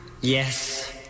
Yes